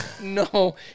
No